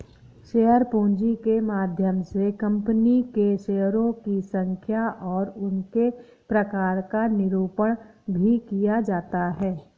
share पूंजी के माध्यम से कंपनी के शेयरों की संख्या और उसके प्रकार का निरूपण भी किया जाता है